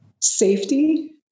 safety